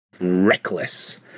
reckless